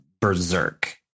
berserk